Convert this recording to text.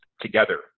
together